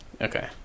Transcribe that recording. Okay